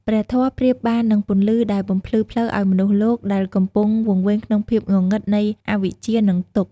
ព្រះធម៌ប្រៀបបាននឹងពន្លឺដែលបំភ្លឺផ្លូវឱ្យមនុស្សលោកដែលកំពុងវង្វេងក្នុងភាពងងឹតនៃអវិជ្ជា និងទុក្ខ។